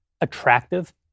attractive